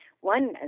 One